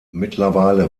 mittlerweile